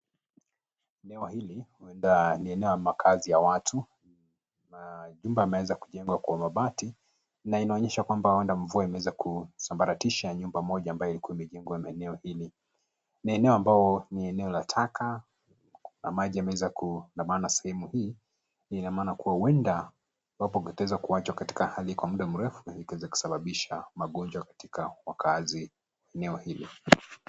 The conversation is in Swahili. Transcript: Eneo hili huenda ni eneo ya makazi ya watu na nyumba imeweza kujengwa kwa mabati na inaonyesha kwamba wale mvua imeweza kusambaratisha nyumba moja ambayo ilikuwa imejengwa maeneo hili. Ni eneo ambao ni eneo la taka, na maji yameweza kudhamana sehemu hii, hii ina maana kuwa huenda watu wameweza kuachwa katika hali hii kwa mda mrefu ikaweza kusababisha magonjwa katika wakaazi eneo hili.